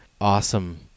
awesome